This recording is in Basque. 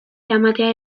eramatea